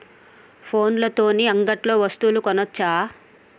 ఫోన్ల తోని అంగట్లో వస్తువులు కొనచ్చా?